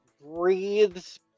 breathes